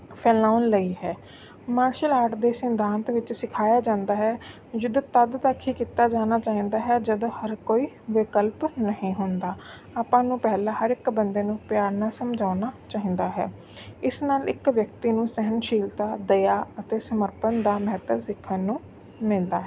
ਫੈਲਾਉਣ ਲਈ ਹੈ ਮਾਰਸ਼ਲ ਆਰਟ ਦੇ ਸਿਧਾਂਤ ਵਿੱਚ ਸਿਖਾਇਆ ਜਾਂਦਾ ਹੈ ਯੁੱਧ ਤਦ ਤੱਕ ਹੀ ਕੀਤਾ ਜਾਣਾ ਚਾਹੀਦਾ ਹੈ ਜਦੋਂ ਹਰ ਕੋਈ ਵਿਕਲਪ ਨਹੀਂ ਹੁੰਦਾ ਆਪਾਂ ਨੂੰ ਪਹਿਲਾਂ ਹਰ ਇੱਕ ਬੰਦੇ ਨੂੰ ਪਿਆਰ ਨਾਲ ਸਮਝਾਉਣਾ ਚਾਹੀਦਾ ਹੈ ਇਸ ਨਾਲ ਇੱਕ ਵਿਅਕਤੀ ਨੂੰ ਸਹਿਣਸ਼ੀਲਤਾ ਦਇਆ ਅਤੇ ਸਮਰਪਣ ਦਾ ਮਹੱਤਵ ਸਿੱਖਣ ਨੂੰ ਮਿਲਦਾ ਹੈ